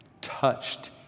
touched